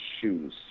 shoes